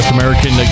American